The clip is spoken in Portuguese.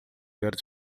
verdes